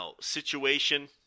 situation